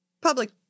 public